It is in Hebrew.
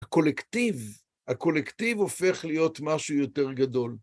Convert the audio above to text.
הקולקטיב, הקולקטיב הופך להיות משהו יותר גדול.